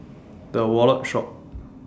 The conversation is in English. The Wallet Shop